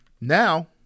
Now